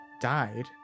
died